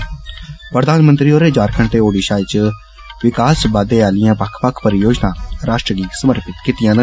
न् धिंनमंत्री होरें झारखण्ड ते ओडीषा च विकास बाद्दे आलियां बक्ख बक्ख परियोजनां राश्ट्र गी समर्पित कीतियां न